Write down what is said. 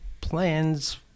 plans